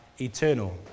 eternal